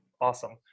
awesome